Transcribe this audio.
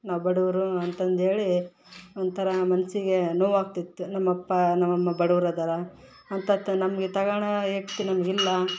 ನಾವು ಬಡವ್ರು ಅಂತಂದೇಳಿ ಒಂಥರಾ ಮನಸಿಗೆ ನೋವು ಆಗ್ತಿತ್ತು ನಮ್ಮಅಪ್ಪ ನಮ್ಮಅಮ್ಮ ಬಡವ್ರು ಅದಾರೆ ಅಂತತ ನಮಗೆ ತಗಳೋ ಯೋಗ್ತಿ ನಮ್ಗೆ ಇಲ್ಲ